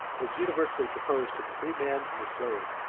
was universally proposed to the freeman and the slave,